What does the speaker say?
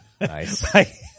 Nice